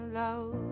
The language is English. love